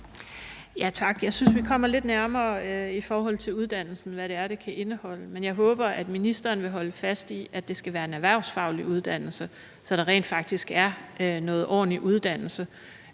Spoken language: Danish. Tak. Jeg synes, vi kommer lidt nærmere, i forhold til hvad uddannelsen skal indeholde. Men jeg håber, at ministeren vil holde fast i, at det skal være en erhvervsfaglig uddannelse, så der rent faktisk er noget ordentlig uddannelse